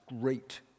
great